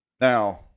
now